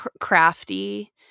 crafty